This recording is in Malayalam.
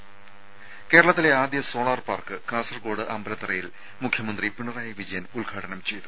ത കേരളത്തിലെ ആദ്യ സോളാർ പാർക്ക് കാസർകോട് അമ്പലത്തറയിൽ മുഖ്യമന്ത്രി പിണറായി വിജയൻ ഉദ്ഘാടനം ചെയ്തു